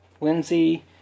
Lindsay